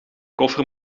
koffer